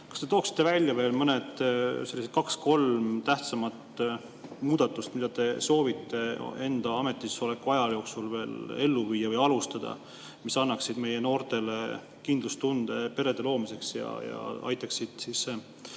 Kas te tooksite välja veel mõned tähtsamad muudatused, mida te soovite enda ametisoleku aja jooksul ellu viia või alustada, mis annaksid meie noortele kindlustunde pere loomiseks ja aitaksid laste